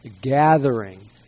gathering